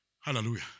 Hallelujah